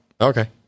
Okay